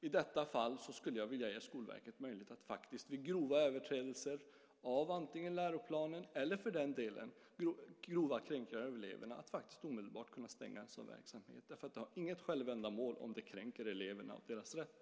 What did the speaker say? I detta fall skulle jag vilja ge Skolverket möjlighet att omedelbart stänga verksamheten, antingen vid grova överträdelser av läroplanen eller för den delen vid grova kränkningar av elever, för det finns inget ändamål om den kränker eleverna och deras rätt.